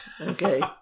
Okay